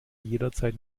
jederzeit